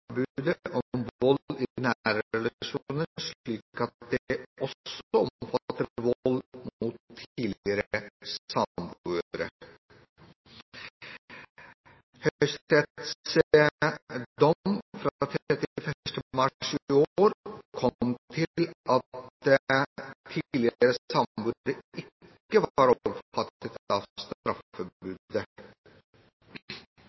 relasjoner slik at det også omfatter vold mot tidligere samboere. Høyesteretts dom fra 31. mars i år kom til at tidligere samboere ikke var